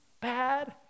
bad